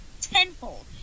tenfold